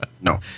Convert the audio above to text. No